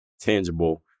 tangible